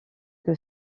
que